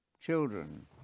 children